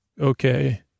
Okay